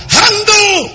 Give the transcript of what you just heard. handle